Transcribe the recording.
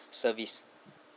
service